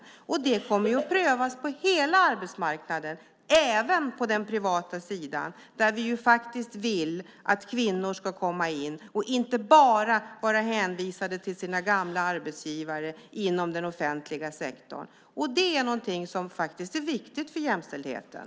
Och nystartsjobben kommer att prövas på hela arbetsmarknaden, även på den privata sidan där vi faktiskt vill att kvinnor ska komma in och inte bara vara hänvisade till sina gamla arbetsgivare inom den offentliga sektorn. Det är något som faktiskt är viktigt för jämställdheten.